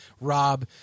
Rob